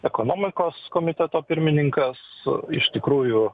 ekonomikos komiteto pirmininkas iš tikrųjų